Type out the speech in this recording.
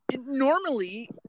normally